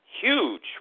huge